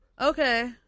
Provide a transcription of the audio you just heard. Okay